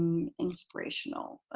inspirational.